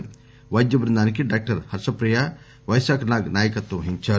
ఈ పైద్య బృందానికి డాక్టర్ హర్షప్రియ పైశాఖ్ నాగ్ నాయకత్వం వహించారు